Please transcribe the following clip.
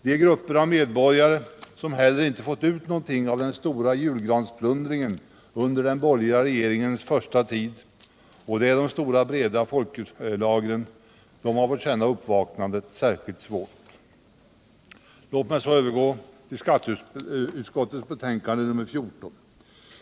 De grupper av medborgare som heller inte fått ut någonting Onsdagen den av den stora julgransplundringen under den borgerliga regeringens första 7 december 1977 tid — och det är de stora breda folklagren — har fått känna uppvaknandet särskilt svårt. Den ekonomiska Låt mig så övergå till skatteutskottets betänkande nr 14.